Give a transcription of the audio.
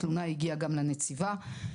התלונה הגיעה גם לנציבה.